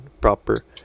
proper